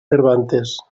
cervantes